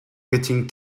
getting